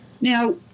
now